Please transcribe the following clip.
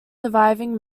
surviving